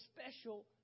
special